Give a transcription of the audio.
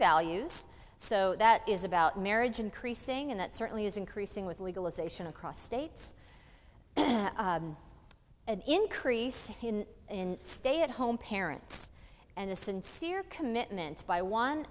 values so that is about marriage increasing and that certainly is increasing with legalization across states and an increase in stay at home parents and a sincere commitment by one